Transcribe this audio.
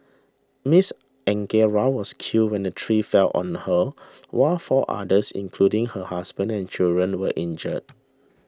Miss Angara was killed when the tree fell on her while four others including her husband and children were injured